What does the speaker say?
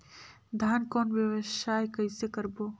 धान कौन व्यवसाय कइसे करबो?